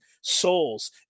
souls